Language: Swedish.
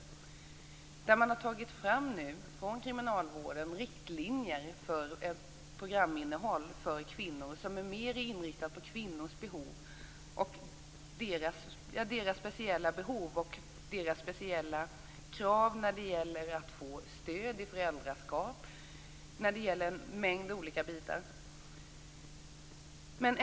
Från kriminalvården har man nu tagit fram riktlinjer för ett programinnehåll för kvinnor som är mera inriktat på kvinnors speciella behov och speciella krav när det gäller att få stöd i föräldraskapet. Det gäller också en mängd andra bitar.